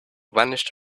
vanished